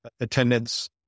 attendance